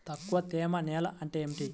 తక్కువ తేమ నేల అంటే ఏమిటి?